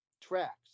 tracks